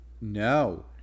No